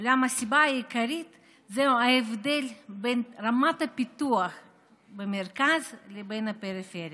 אולם הסיבה העיקרית היא ההבדל בין רמת הפיתוח במרכז לבין הפריפריה.